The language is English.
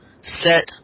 set